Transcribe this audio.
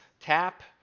Tap